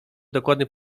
dokładny